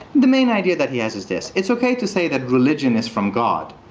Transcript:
the main idea that he has is this. it's ok to say that religion is from god.